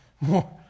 more